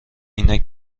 عینک